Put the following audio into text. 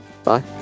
Bye